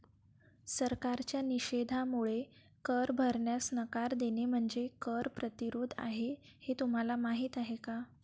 सरकारच्या निषेधामुळे कर भरण्यास नकार देणे म्हणजे कर प्रतिरोध आहे हे तुम्हाला माहीत आहे का